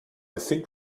think